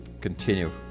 continue